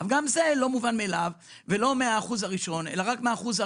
וגם זה לא מובן מאליו ולא מקבלים מהאחוז הראשון אלא רק מ-40%,